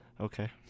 Okay